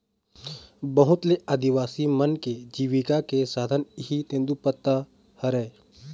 बहुत ले आदिवासी मन के जिविका के साधन इहीं तेंदूपत्ता हरय